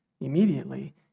Immediately